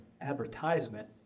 advertisement